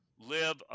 live